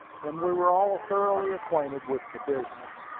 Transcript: and we were all thoroughly acquainted with the business.